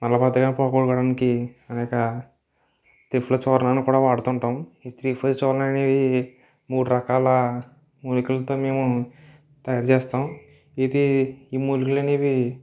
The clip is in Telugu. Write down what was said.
మల బద్ధకం పోగొట్టుకోవడానికి అనేక త్రిఫల చూర్ణాన్ని కూడా వాడుతు ఉంటాం ఈ త్రిఫల చూర్ణం అనేది మూడు రకాల మూలికలతో మేము తయారు చేస్తాం ఇది ఈ మూలికాలు అనేవి